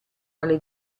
alle